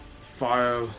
fire